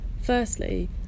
Firstly